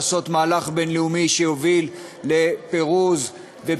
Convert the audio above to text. לעשות מהלך בין-לאומי שיוביל לפירוז ופיתוח רצועת-עזה.